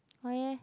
why eh